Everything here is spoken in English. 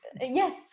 Yes